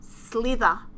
slither